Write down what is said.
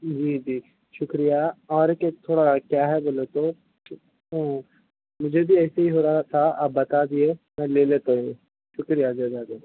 جی جی شکریہ اور کیا تھوڑا کیا ہے بولے تو مجھے بھی ایسے ہی ہو رہا تھا اب بتا دیے تو لے لیتے ہیں شکریہ جزاک اللہ